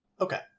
Okay